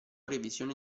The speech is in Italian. revisioni